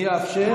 אני אאפשר.